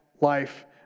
life